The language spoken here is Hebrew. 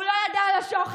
הוא לא ידע על השוחד,